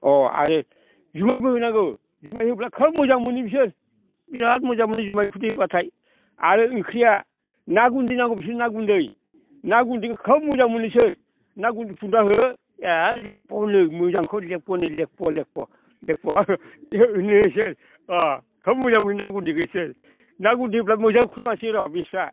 अ आरो जुमायबो होनांगौ जुमाय होब्ला खोब मोजां मोनो बिसोर बिराद मोजां मोनो जुमायनि खुरै होबाथाय आरो ओंख्रिया ना गुन्दै नांगौ बिसोरनो ना गुन्दै ना गुन्दैखौ खोब मोजां मोनो बिसोरो ना गुन्दै फुदुंना हो ए लेबफ' होनो मोजांखौ लेगफ' होनो लेगफ' लेगफ' होनो बिसोरो अ खोब मोजां मोनो ना गुन्दैखौ बिसोर ना गुन्दै होब्ला मोजां खुरमासैर' बिसोरा